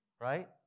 right